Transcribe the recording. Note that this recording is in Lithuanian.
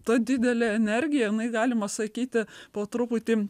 ta didele energija galima sakyti po truputį